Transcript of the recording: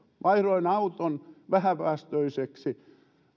vaihdoin auton vähäpäästöiseksi